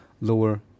lower